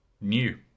new